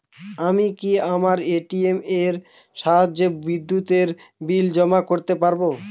আমি কি আমার এ.টি.এম এর সাহায্যে বিদ্যুতের বিল জমা করতে পারব?